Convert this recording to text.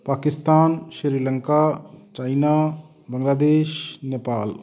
Pakistan Sri Lanka China Bangladesh Nepal